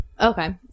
Okay